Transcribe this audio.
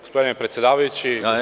Gospodine predsedavajući…